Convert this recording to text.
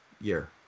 year